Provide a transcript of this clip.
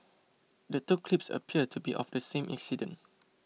the two clips appear to be of the same incident